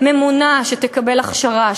ממונה שתקבל הכשרה,